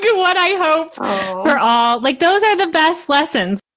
yeah what i hope for all like those are the best lessons,